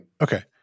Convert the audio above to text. Okay